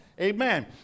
Amen